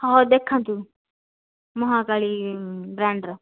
ହେଉ ଦେଖାନ୍ତୁ ମହାକାଳୀ ବ୍ରାଣ୍ଡର